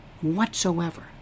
whatsoever